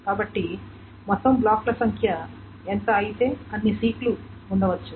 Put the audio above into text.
కాబట్టి మొత్తం బ్లాక్ల సంఖ్య ఎంత అయితే అన్ని సీక్ లు ఉండవచ్చు